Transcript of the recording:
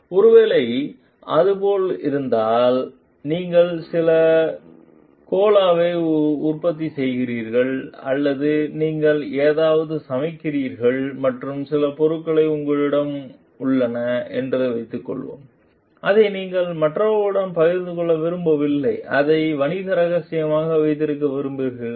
ஒருவேளை அது போல் இருந்திருந்தால் நீங்கள் சில கோலாவை உற்பத்திச்செய்கின்றீர்கள் அல்லது நீங்கள் ஏதாவது சமைக்கிறீர்கள் மற்றும் சில பொருட்கள் உங்களிடம் உள்ளன என்று வைத்துக்கொள்வோம் அதை நீங்கள் மற்றவர்களுடன் பகிர்ந்து கொள்ள விரும்பவில்லை அதை வணிக ரகசியமாக வைத்திருக்க விரும்புகிறீர்கள்